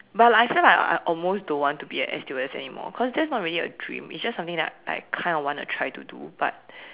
but like I feel like I I almost don't want to be a air stewardess anymore because that's not really a dream it's just something that I kind of want to do but